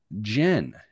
Jen